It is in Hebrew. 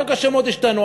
רק השמות השתנו,